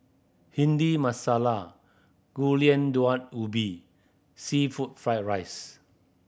Bhindi Masala Gulai Daun Ubi seafood fried rice